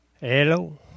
Hello